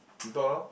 you talk lor